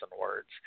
words